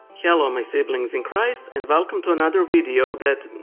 hello, my siblings in christ, and welcome to another video that,